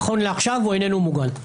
נכון לעכשיו הוא איננו מוגן.